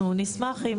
אנחנו נשמח אם